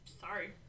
Sorry